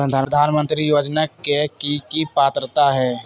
प्रधानमंत्री योजना के की की पात्रता है?